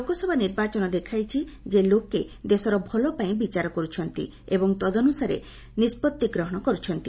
ଲୋକସଭା ନିର୍ବାଚନ ଦେଖାଇଛି ଯେ ଲୋକେ ଦେଶର ଭଲ ପାଇଁ ବିଚାର କରୁଛନ୍ତି ଏବଂ ତଦନୁସାରେ ନିଷ୍ପଭି ଗ୍ରହଣ କରୁଛନ୍ତି